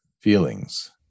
feelings